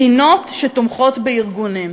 מדינות שתומכות בארגונים.